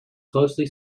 closely